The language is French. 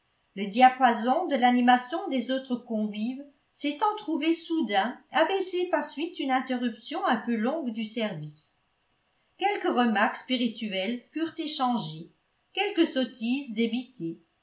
le diapason de l'animation des autres convives s'étant trouvé soudain abaissé par suite d'une interruption un peu longue du service quelques remarques spirituelles furent échangées quelques sottises